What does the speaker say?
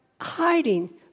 hiding